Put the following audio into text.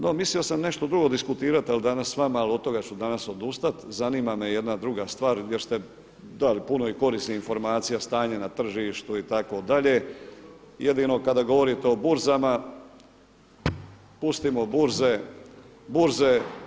No, mislio sam ne što drugo diskutirati danas s vama ali od toga ću danas odustati, zanima me jedna druga stvar jer ste dali puno korisnih informacija, stanje na tržištu itd. jedino kada govorite o burzama, pustimo burze.